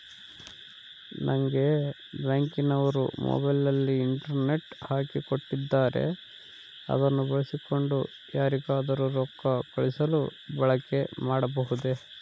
ನಂಗೆ ಬ್ಯಾಂಕಿನವರು ಮೊಬೈಲಿನಲ್ಲಿ ಇಂಟರ್ನೆಟ್ ಹಾಕಿ ಕೊಟ್ಟಿದ್ದಾರೆ ಅದನ್ನು ಬಳಸಿಕೊಂಡು ಯಾರಿಗಾದರೂ ರೊಕ್ಕ ಕಳುಹಿಸಲು ಬಳಕೆ ಮಾಡಬಹುದೇ?